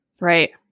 right